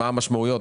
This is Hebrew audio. מה המשמעויות?